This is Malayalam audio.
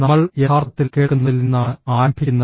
നമ്മൾ യഥാർത്ഥത്തിൽ കേൾക്കുന്നതിൽ നിന്നാണ് ആരംഭിക്കുന്നത്